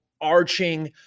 arching